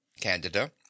Candida